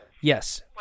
yes